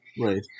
Right